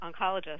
oncologist